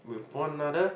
with for another